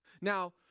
Now